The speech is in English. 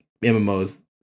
MMOs